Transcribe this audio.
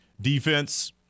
Defense